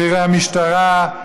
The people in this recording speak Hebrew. בכירי המשטרה,